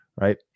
right